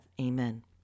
Amen